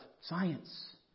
science